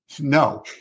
No